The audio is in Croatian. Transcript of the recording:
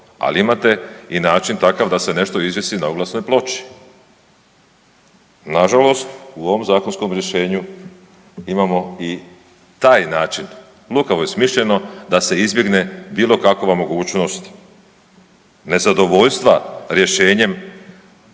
ali imate i način takav da se nešto izvisi na oglasnoj ploči. Nažalost, u ovom zakonskom rješenju imamo i taj način, lukavo je smišljeno da se izbjegne bilo kakva mogućnost nezadovoljstva rješenjem